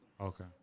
Okay